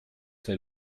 der